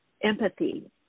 empathy